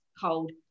cold